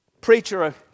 preacher